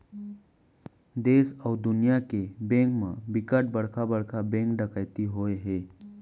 देस अउ दुनिया के बेंक म बिकट बड़का बड़का बेंक डकैती होए हे